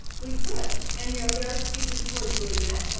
we could. and yeah there are teachers who are doing that.